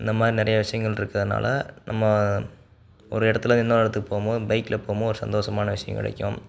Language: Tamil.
இந்த மாதிரி நிறையா விஷயங்கள் இருக்கிறதுனால நம்ம ஒரு இடத்துலேருந்து இன்னொரு இடத்துக்கு போகும்போது பைக்கில் போகும்போது ஒரு சந்தோஷமான விஷயம் கிடைக்கும்